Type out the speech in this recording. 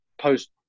post